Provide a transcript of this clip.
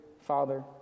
Father